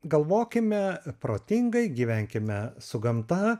galvokime protingai gyvenkime su gamta